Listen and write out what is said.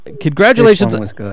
Congratulations